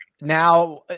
now